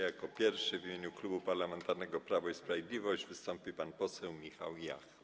Jako pierwszy w imieniu Klubu Parlamentarnego Prawo i Sprawiedliwość wystąpi pan poseł Michał Jach.